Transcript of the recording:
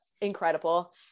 incredible